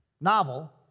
novel